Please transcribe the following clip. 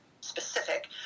specific